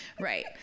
right